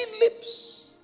lips